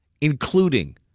including